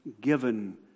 given